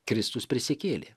kristus prisikėlė